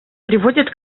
приводит